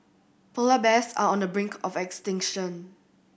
polar bears are on the brink of extinction